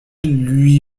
lui